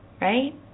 right